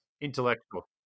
intellectual